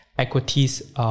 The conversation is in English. equities